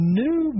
new